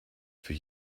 für